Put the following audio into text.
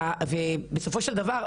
בסופו של דבר,